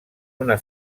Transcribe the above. una